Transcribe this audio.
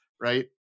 right